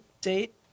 Date